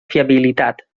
fiabilitat